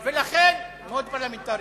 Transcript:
זה לא פרלמנטרי.